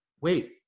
wait